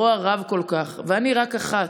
הרוע רב כל כך ואני רק אחת.